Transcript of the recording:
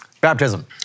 Baptism